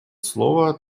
слово